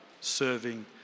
serving